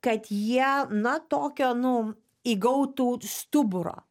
kad jie na tokio nu įgautų stuburo